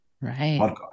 right